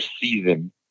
season